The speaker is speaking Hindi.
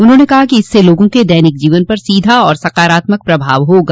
उन्होंने कहा कि इससे लोगों के दैनिक जीवन पर सीधा सकारात्मक प्रभाव होगा